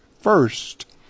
first